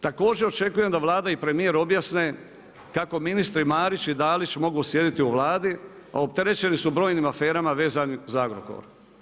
Također očekujem da Vlada i premijer objasne kako ministri Marić i Dalić mogu sjediti u Vladi a opterećeni su brojim aferama vezanim za Agrokor?